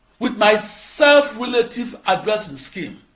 with my self-relative addressing scheme,